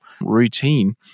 routine